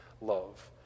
love